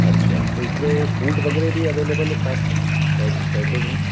अच्छा तो इसमें फ़ूड वग़ैरह भी अवेलेबल है साथ में पैक पैकेज में